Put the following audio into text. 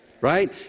Right